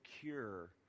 cure